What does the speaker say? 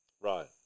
right